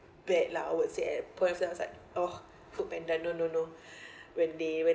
bad lah I would say at that point then I was like oh foodpanda no no no when they were